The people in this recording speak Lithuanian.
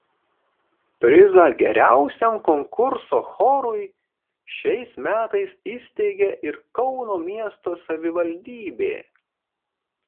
prizą geriausiam konkurso chorui šiais metais įsteigė ir kauno miesto savivaldybė